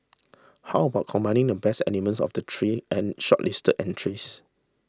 how about combining the best elements of the three and shortlisted entries